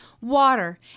water